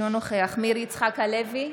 אינו נוכח מאיר יצחק הלוי,